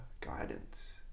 guidance